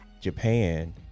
Japan